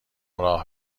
راه